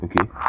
Okay